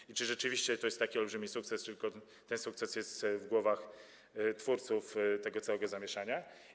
I czy rzeczywiście to jest taki olbrzymi sukces, czy ten sukces jest tylko w głowach twórców tego całego zamieszania?